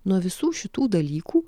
nuo visų šitų dalykų